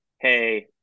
hey